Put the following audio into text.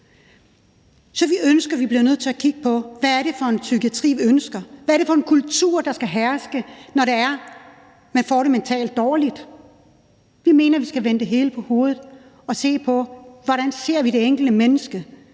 om snakken. Så vi bliver nødt til at kigge på: Hvad er det for en psykiatri, vi ønsker? Hvad er det for en kultur, der skal herske, når det er, nogen får det mentalt dårligt? Vi mener, vi skal vende det hele på hovedet og se på, hvordan vi ser det enkelte menneske,